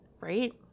Right